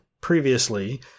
previously